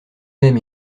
même